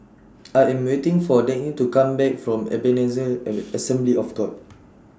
I Am waiting For Dagny to Come Back from Ebenezer At Assembly of God